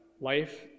life